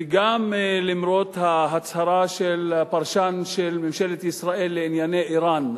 וגם למרות ההצהרה של הפרשן של ממשלת ישראל לענייני אירן,